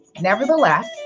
nevertheless